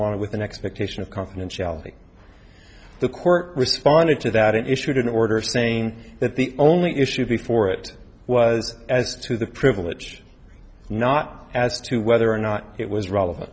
wanted with an expectation of confidentiality the court responded to that it issued an order saying that the only issue before it was as to the privilege not as to whether or not it was relevant